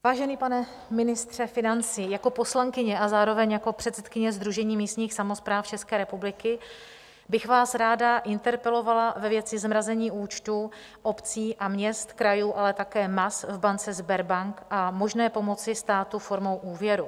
Vážený pane ministře financí, jako poslankyně a zároveň jako předsedkyně Sdružení místních samospráv České republiky bych vás ráda interpelovala ve věci zmrazení účtů obcí, měst, krajů, ale také MAS v bance Sberbank a možné pomoci státu formou úvěru.